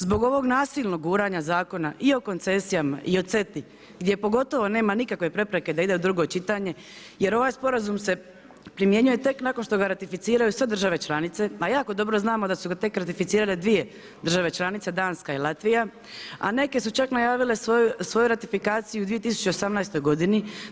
Zbog ovog nasilnog guranja zakona i o koncesijama i o CETA-i gdje pogotovo nema nikakve prepreke da ide u drugo čitanje, jer ovaj Sporazum se primjenjuje tek nakon što ga ratificiraju sve države članice, a jako dobro znamo da su ga tek ratificirale dvije države članice Danska i Latvija, a neke su čak najavile svoju ratifikaciju u 2018. godini.